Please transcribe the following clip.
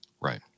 Right